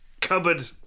cupboard